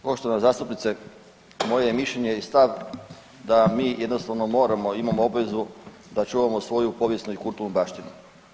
Poštovana zastupnice, moje je mišljenje i stav da mi jednostavno moramo, imamo obvezu da čuvamo svoju povijesnu i kulturnu baštinu.